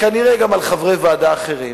כנראה גם על חברי ועדה אחרים.